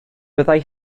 byddai